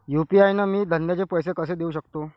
UPI न मी धंद्याचे पैसे कसे देऊ सकतो?